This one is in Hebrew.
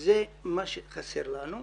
זה מה שחסר לנו.